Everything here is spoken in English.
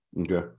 Okay